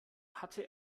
hatte